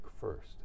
first